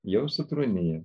jau sutrūniję